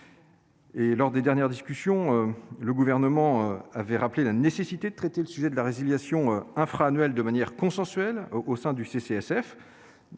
Lors des dernières discussions, le Gouvernement avait rappelé la nécessité de traiter le sujet de la résiliation infra-annuelle de manière consensuelle au sein du CCSF,